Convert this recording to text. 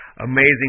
amazing